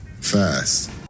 Fast